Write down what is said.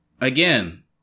again